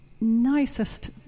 nicest